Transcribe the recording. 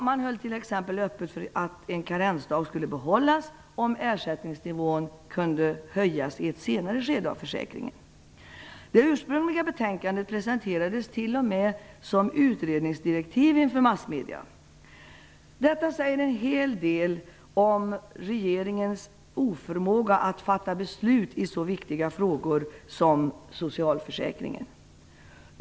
Man höll t.ex. öppet för att karensdagen skulle behållas om ersättningsnivån kunde höjas i ett senare skede i försäkringen. Det ursprungliga betänkandet presenterades t.o.m. som utredningsdirektiv inför massmedierna. Detta säger en hel del om regeringens oförmåga att fatta beslut i så viktiga frågor som de om socialförsäkringen.